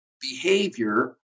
behavior